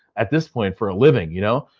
at this point, for a living, you know.